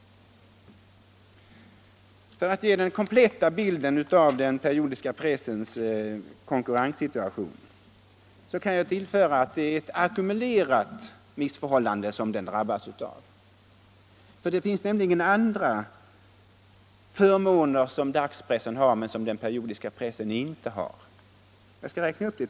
För att ge den kompletta bilden av den periodiska pressens konkurrenssituation kan jag omtala att det är ett ackumulerat missförhållande som den drabbas av. Det finns nämligen andra förmåner som dagspressen har, men som den periodiska pressen inte har. Jag skall räkna upp några.